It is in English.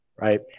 right